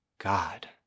God